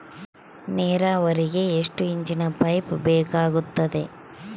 ನೇರಾವರಿಗೆ ಎಷ್ಟು ಇಂಚಿನ ಪೈಪ್ ಬೇಕಾಗುತ್ತದೆ?